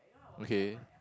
okay